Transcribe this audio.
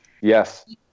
Yes